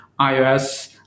iOS